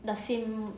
the same